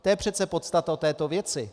To je přece podstata této věci.